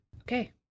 Okay